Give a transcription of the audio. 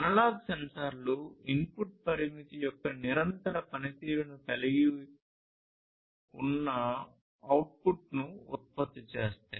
analogue సెన్సార్లు input పరామితి యొక్క నిరంతర పనితీరును కలిగి ఉన్న అవుట్పుట్ను ఉత్పత్తి చేస్తాయి